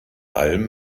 alm